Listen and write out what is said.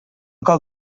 cal